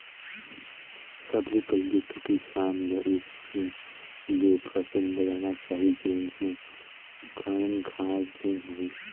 सबले पहिले तो किसान ल ए किसम ले फसल लगाना चाही जेम्हे बन, घास झेन होवे